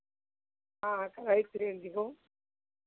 हाँ कलर दिहो